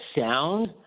sound